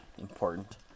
important